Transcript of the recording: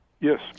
Yes